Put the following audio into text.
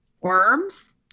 worms